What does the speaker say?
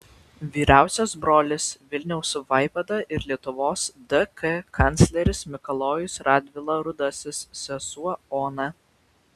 vyriausias brolis vilniaus vaivada ir lietuvos dk kancleris mikalojus radvila rudasis sesuo ona